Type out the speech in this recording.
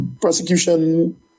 Prosecution